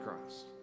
Christ